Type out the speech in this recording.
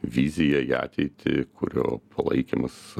vizija į ateitį kurio palaikymas